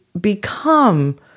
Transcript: become